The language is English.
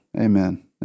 Amen